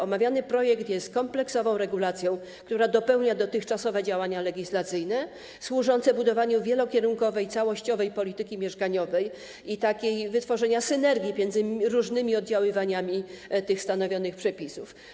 Omawiany projekt jest kompleksową regulacją, która dopełnia dotychczasowe działania legislacyjne służące budowaniu wielokierunkowej, całościowej polityki mieszkaniowej i wytworzeniu synergii między różnymi oddziaływaniami tych stanowionych przepisów.